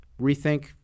rethink